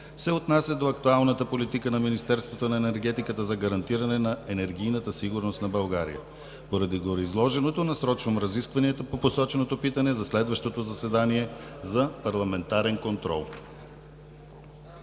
се отнасят до актуалната политика на Министерството на енергетиката за гарантиране на енергийната сигурност на България. Поради гореизложеното насрочвам разискванията по посоченото питане за следващото заседание за парламентарен контрол.